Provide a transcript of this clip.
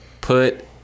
put